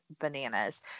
bananas